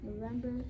November